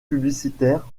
publicitaires